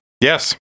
Yes